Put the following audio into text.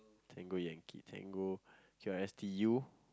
tango yankee tango Q R S T U